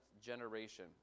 generation